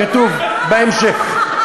כתוב בהמשך.